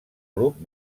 grup